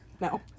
No